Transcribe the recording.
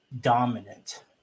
dominant